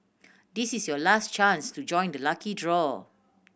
this is your last chance to join the lucky draw